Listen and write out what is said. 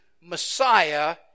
Messiah